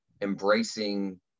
embracing